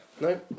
No